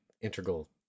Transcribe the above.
integral